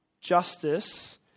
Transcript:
justice